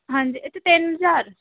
ਹਾਂਜੀ ਇੱਥੇ ਤਿੰਨ ਹਜ਼ਾਰ